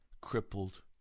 crippled